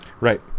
right